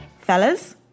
Fellas